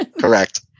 Correct